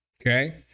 okay